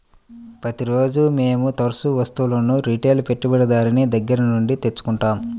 ప్రతిరోజూ మేము తరుచూ వస్తువులను రిటైల్ పెట్టుబడిదారుని దగ్గర నుండి తెచ్చుకుంటాం